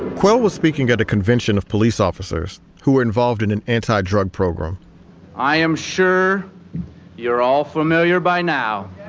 quayle was speaking at a convention of police officers who were involved in an antidrug program i am sure you're all familiar by now.